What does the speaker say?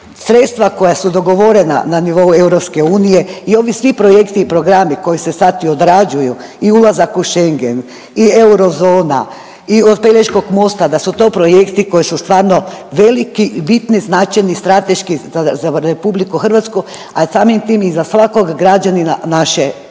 sredstva koja su dogovorena na nivou EU i ovi svi projekti i programi koji se sad i odrađuju i ulazak u Schengen i eurozona i od Pelješkog mosta da su to projekti koji su stvarno veliki i bitni, značajni strateški za RH, a samim tim i za svakog građanina naše